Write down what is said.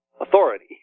authority